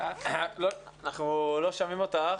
--- אנחנו לא שומעים אותך.